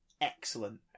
excellent